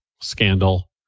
scandal